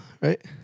right